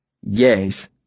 Yes